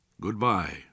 Goodbye